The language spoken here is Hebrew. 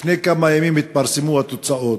לפני כמה ימים התפרסמו התוצאות.